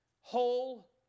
whole